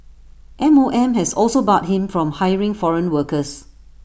M O M has also barred him from hiring foreign workers